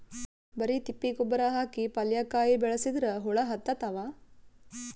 ಬರಿ ತಿಪ್ಪಿ ಗೊಬ್ಬರ ಹಾಕಿ ಪಲ್ಯಾಕಾಯಿ ಬೆಳಸಿದ್ರ ಹುಳ ಹತ್ತತಾವ?